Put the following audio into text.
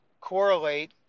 correlate